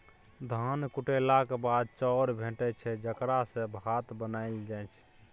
धान कुटेलाक बाद चाउर भेटै छै जकरा सँ भात बनाएल जाइ छै